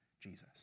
Jesus